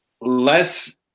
Less